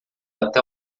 até